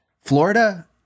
Florida